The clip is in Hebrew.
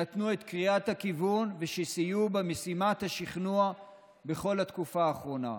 שנתנו את קריאת הכיוון ושסייעו במשימת השכנוע בכל התקופה האחרונה.